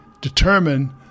determine